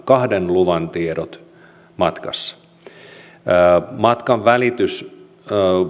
kahden luvan tiedot matkassa matkanvälitysjärjestelmällä